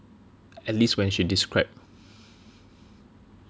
at least when she describe